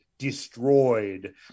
destroyed